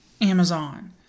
Amazon